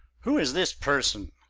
who is this person?